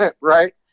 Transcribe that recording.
right